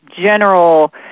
general